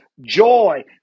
joy